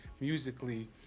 musically